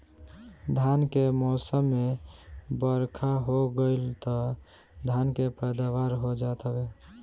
धान के मौसम में बरखा हो गईल तअ धान के पैदावार हो जात हवे